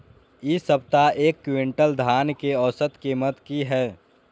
इ सप्ताह एक क्विंटल धान के औसत कीमत की हय?